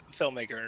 filmmaker